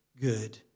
good